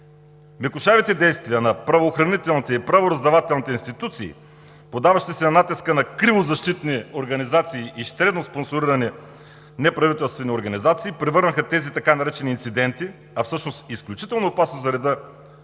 Мекушавите действия на правоохранителните и правораздавателните институции, поддаващи се на натиска на кривозащитни организации и щедро спонсорирани неправителствени организации, превърнаха тези така наречени инциденти, а всъщност изключително опасни за реда